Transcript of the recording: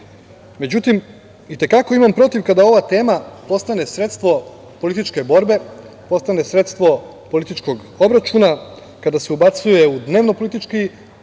toga.Međutim, i te kako imam protiv kada ova tema postane sredstvo političke borbe, postane sredstvo političkog obračuna, kada se ubacuje u dnevno-politički